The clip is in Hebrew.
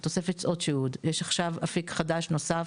נוסף,